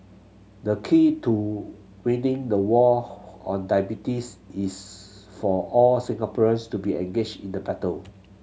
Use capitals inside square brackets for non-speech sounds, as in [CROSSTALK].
the key to winning the war [UNINTELLIGIBLE] on diabetes is for all Singaporeans to be engaged in the battle